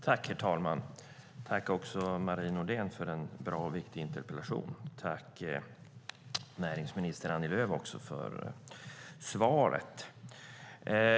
Herr talman! Jag tackar Marie Nordén för en bra och viktig interpellation. Jag tackar även näringsminister Annie Lööf för svaret.